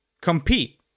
compete